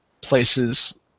places